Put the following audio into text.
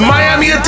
Miami